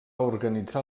organitzar